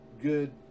good